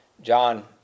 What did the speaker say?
John